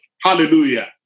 hallelujah